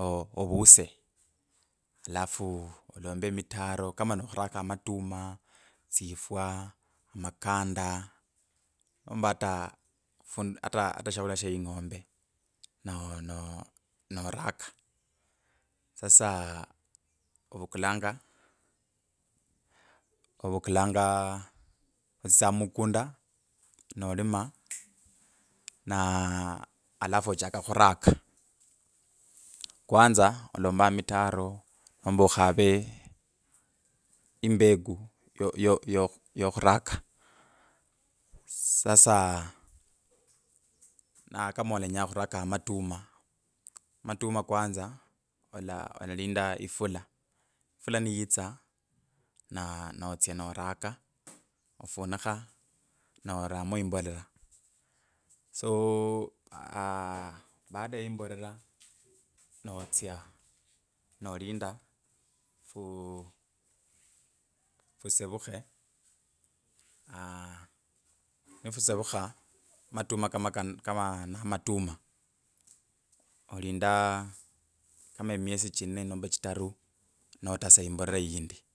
oooh ovuse alafu olombe emitaro kama nokhuraka amatuma, tsifwa makanda nomba ata fu ata ata shakhulya sheing’. ombe no- no- noraka sasa ovukulanga, ovukulanga otsitsa mukunda nolima naa alafu ochaka khuraka kwnza, olomba mitaro nomba ok have imbeke yoo yo yo yokhuraka sasa, na kama olenya khuruka amatuma matuma kwnza, ala alalinda ifula, ifula niyitya na notsya nolinda fu- fu- fusevukhe aaah nifusevukha matuma. Kama ka kama na matuma olindaaa kama emiesi chine nomba chitaru notaa imbolera yindi.